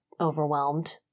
overwhelmed